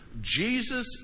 Jesus